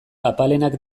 apalenak